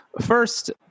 First